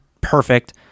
Perfect